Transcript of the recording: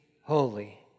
holy